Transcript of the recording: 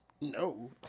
No